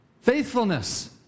faithfulness